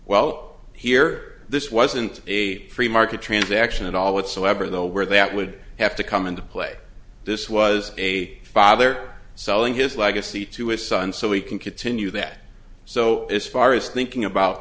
well here this wasn't a free market transaction at all whatsoever though where that would have to come into play this was a father selling his legacy to his son so we can continue that so far is thinking about